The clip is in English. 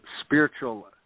spiritual